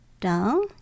down